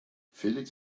felix